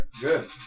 Good